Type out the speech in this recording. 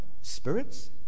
spirits